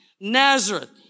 Nazareth